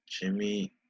Jimmy